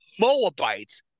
Moabites